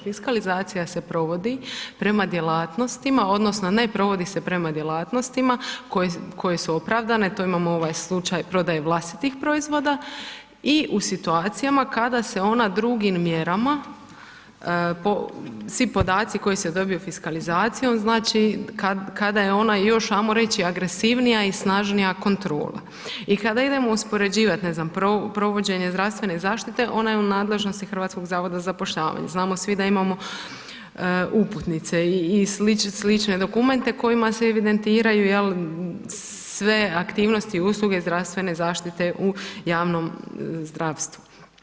Fiskalizacija se provodi prema djelatnostima odnosno ne provodi se prema djelatnostima koje su opravdane, to imamo ovaj slučaj prodaje vlastitih proizvoda i u situacijama kada se ona drugim mjerama, svi podaci koji se dobiju fiskalizacijom, znači, kada je ona još, ajmo reći, agresivnija i snažnija kontrola i kada idemo uspoređivat, ne znam, provođenje zdravstvene zaštite, ona je u nadležnosti Hrvatskog zavoda za zapošljavanje, znamo svi da imamo uputnice i slične dokumente kojima se evidentiraju, jel, sve aktivnosti i usluge zdravstvene zaštite u javnom zdravstvu.